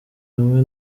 rumwe